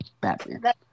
Batman